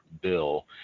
bill